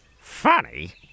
Funny